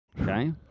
Okay